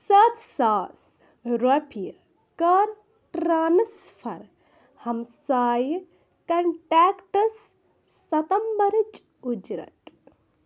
سَتھ ساس رۄپیہِ کَر ٹرٛانٕسفَر ہمسایہِ کنٹیکٹَس سَتمبرٕچ اُجرت